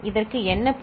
இதற்கு என்ன பொருள்